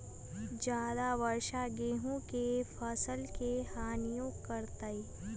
ज्यादा वर्षा गेंहू के फसल के हानियों करतै?